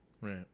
right